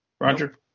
Roger